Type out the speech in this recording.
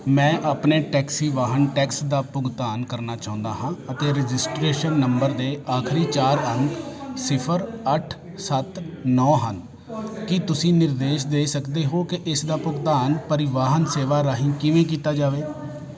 ਮੈਂ ਆਪਣੇ ਟੈਕਸੀ ਵਾਹਨ ਟੈਕਸ ਦਾ ਭੁਗਤਾਨ ਕਰਨਾ ਚਾਹੁੰਦਾ ਹਾਂ ਅਤੇ ਰਜਿਸਟ੍ਰੇਸ਼ਨ ਨੰਬਰ ਦੇ ਆਖਰੀ ਚਾਰ ਅੰਕ ਸਿਫਰ ਅੱਠ ਸੱਤ ਨੌ ਹਨ ਕੀ ਤੁਸੀਂ ਨਿਰਦੇਸ਼ ਦੇ ਸਕਦੇ ਹੋ ਕਿ ਇਸ ਦਾ ਭੁਗਤਾਨ ਪਰਿਵਾਹਨ ਸੇਵਾ ਰਾਹੀਂ ਕਿਵੇਂ ਕੀਤਾ ਜਾਵੇ